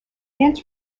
ants